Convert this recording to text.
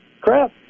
Crap